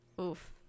Oof